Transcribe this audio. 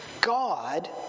God